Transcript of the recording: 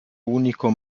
unico